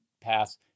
pass